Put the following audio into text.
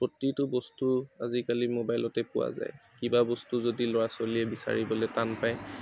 প্ৰতিটো বস্তু আজিকালি মোবাইলতে পোৱা যায় কিবা বস্তু যদি ল'ৰা ছোৱালীয়ে বিচাৰিবলৈ টান পায়